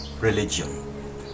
religion